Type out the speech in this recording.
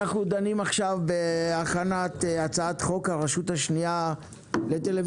אנחנו דנים עכשיו בהכנת הצעת חוק הרשות השנייה לטלוויזיה